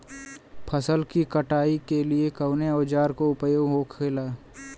फसल की कटाई के लिए कवने औजार को उपयोग हो खेला?